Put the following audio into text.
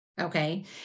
Okay